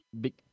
big